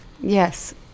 Yes